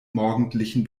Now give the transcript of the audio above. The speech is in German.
morgendlichen